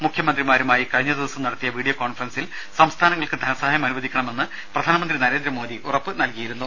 മുഖ്യമന്ത്രിമാരുമായി കഴിഞ്ഞ ദിവസം നടത്തിയ വീഡിയോ കോൺഫറൻസിൽ ധനസഹായം സംസ്ഥാനങ്ങൾക്ക് അനുവദിക്കാമെന്ന് പ്രധാനമന്ത്രി നരേന്ദ്രമോദി ഉറപ്പ് നൽകിയിരുന്നു